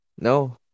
No